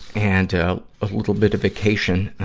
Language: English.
and, ah, a little bit of vacation,